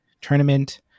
tournament